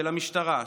של המשטרה,